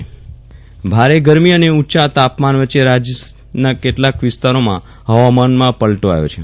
વિરલ રાણા હવામાન ભારે ગરમી અને ઉંચા તાપમાન વચ્ચે રાજ્યના કેટલાંક વિસ્તારોમાં હવામાનમાં પલ્ટો આવ્યો છે